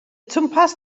twmpath